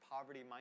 poverty